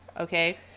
okay